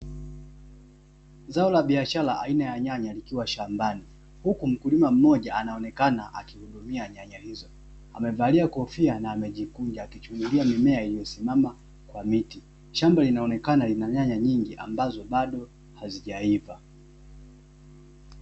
Zao la biashara aina ya nyanya likiwa shambani, huku mkulima mmoja anaonekana akihudumia nyanya hizo. Amevalia kofia na amejikunja akichungulia mimea iliyosimama kwa miti. Shamba linaonekana lina nyanya nyingi ambazo bado hazijaiva.